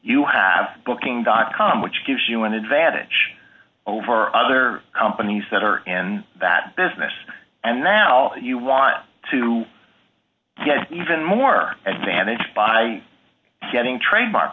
you have booking dot com which gives you an advantage over other companies that are in that business and now you want to get even more advantage by getting trademark